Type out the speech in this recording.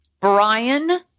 Brian